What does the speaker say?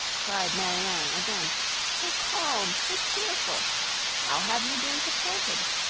cried marianne again so calm so cheerful how have you been supported?